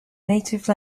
native